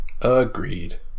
agreed